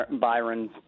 Byron